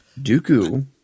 Dooku